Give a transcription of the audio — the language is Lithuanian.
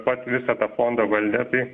pats visą tą fondą valdė tai